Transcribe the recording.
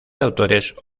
autores